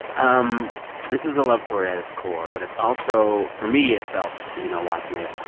um this is a love story at its core, but it's also for me, it felt you know, watching it,